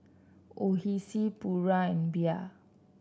Oishi Pura and Bia